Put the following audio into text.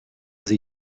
sie